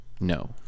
No